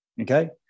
Okay